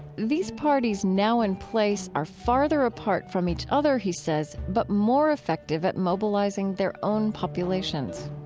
these parties now in place are farther apart from each other, he says, but more effective at mobilizing their own populations